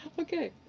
okay